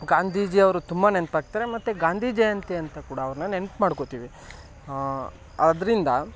ಗಾಂಧೀಜಿಯವರು ತುಂಬ ನೆನಪಾಗ್ತಾರೆ ಮತ್ತು ಗಾಂಧಿ ಜಯಂತಿ ಅಂತ ಕೂಡ ಅವ್ರನ್ನ ನೆನ್ಪು ಮಾಡ್ಕೊಳ್ತೀವಿ ಅದರಿಂದ